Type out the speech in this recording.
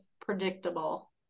predictable